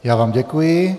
Já vám děkuji.